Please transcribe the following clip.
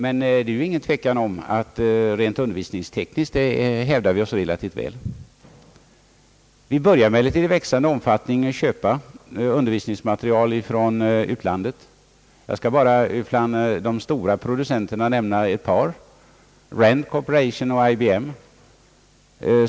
Men det är ingen tvekan om att vi rent undervisningstekniskt hävdar oss relativt bra. Vi börjar i växande omfattning att köpa undervisningsmateriel från utlandet. Jag skall bara bland de stora producenterna nämna ett par, Rand Corporation och IBM.